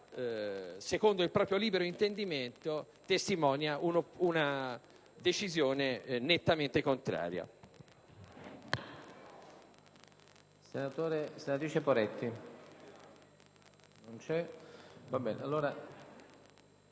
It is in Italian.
secondo il proprio libero intendimento, testimonia una decisione nettamente contraria.